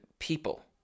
people